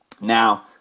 Now